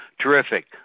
Terrific